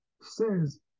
says